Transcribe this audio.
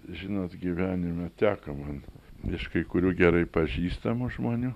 žinot gyvenime teko man visiškai kurių gerai pažįstamų žmonių